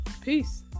peace